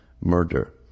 murder